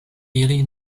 ili